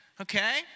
okay